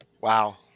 Wow